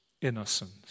innocence